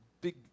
big